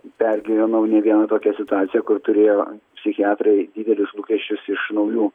pergyvenau ne vieną tokią situaciją kur turėjo psichiatrai didelius lūkesčius iš naujų